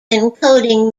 encoding